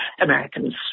Americans